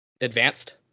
advanced